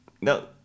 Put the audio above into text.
no